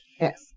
Yes